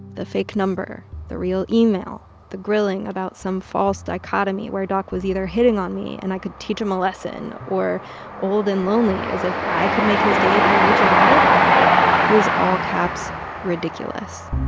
the fake number, the real email, the grilling about some false dichotomy where doc was either hitting on me, and i could teach him a lesson or old and lonely as if i could make his day by reaching out it was all-caps ridiculous.